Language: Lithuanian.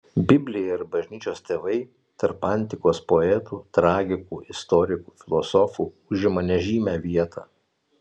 biblija ir bažnyčios tėvai tarp antikos poetų tragikų istorikų filosofų užima nežymią vietą